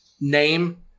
name